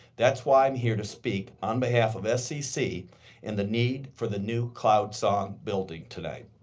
that's why i'm hear to speak on behalf of scc and the need for the new cloud song building tonight.